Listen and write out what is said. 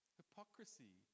hypocrisy